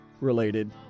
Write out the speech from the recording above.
related